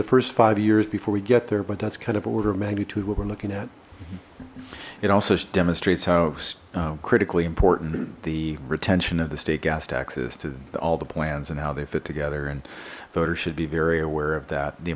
the first five years before we get there but that's kind of order of magnitude what we're looking at it also demonstrates how critically important the retention of the state gas tax is to all the plans and how they fit together and voters should be very aware of that the